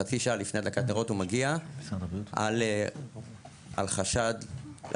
חצי שעה לפני הדלקת נרות הוא מגיע על חשד לאפנדיציט.